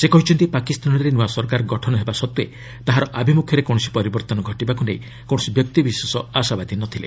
ସେ କହିଛନ୍ତି ପାକିସ୍ତାନରେ ନୂଆ ସରକାର ଗଠନ ହେବା ସତ୍ତ୍ୱେ ତାହାର ଆଭିମୁଖ୍ୟରେ କୌଣସି ପରିବର୍ତ୍ତନ ଘଟିବାକୁ ନେଇ କୌଣସି ବ୍ୟକ୍ତି ବିଶେଷ ଆଶାବାଦୀ ନ ଥିଲେ